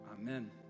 Amen